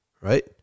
right